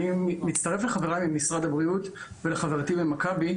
אני מצטרף לחבריי ממשרד הבריאות ולחברתי ממכבי,